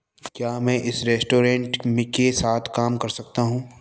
क्या मैं इस रेस्टोरेंट नी के साथ काम कर सकता हूँ